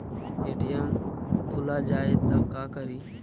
ATM भुला जाये त का करि?